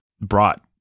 brought